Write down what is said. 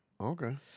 Okay